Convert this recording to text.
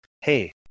hey